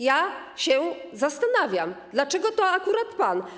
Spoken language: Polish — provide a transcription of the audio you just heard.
Ja się zastanawiam, dlaczego to akurat pan.